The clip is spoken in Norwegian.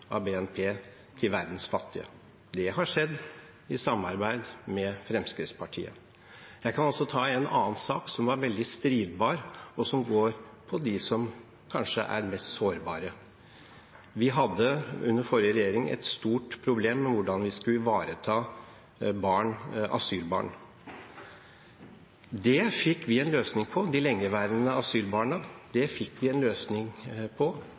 av BNP til verdens fattige. Det har skjedd i samarbeid med Fremskrittspartiet. Jeg kan også ta en annen sak, som det var strid om, og som går på dem som kanskje er mest sårbare. Vi hadde under forrige regjering et stort problem knyttet til hvordan vi skulle ivareta asylbarn. Det fikk vi en løsning på, for de lengeværende asylbarna,